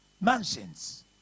mansions